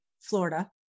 Florida